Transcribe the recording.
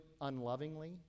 unlovingly